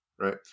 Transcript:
right